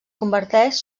converteix